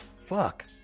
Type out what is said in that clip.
fuck